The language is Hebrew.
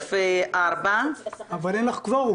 סעיף 4. אבל אין קוורום.